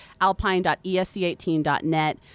alpine.esc18.net